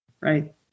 Right